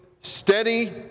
steady